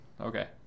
okay